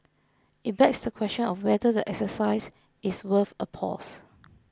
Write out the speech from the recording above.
it begs the question of whether the exercise is worth a pause